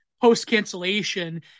post-cancellation